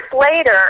later